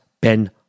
Ben